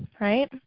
right